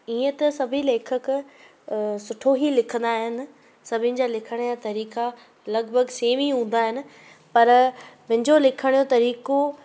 ईअं त सभई लेखक सुठो ई लिखंदा आहिनि सभिनि जा लिखण जा तरीक़ा लॻिभॻि सेम ई हूंदा आहिनि पर मुंहिंजो लिखण जो तरीक़ो